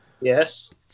Yes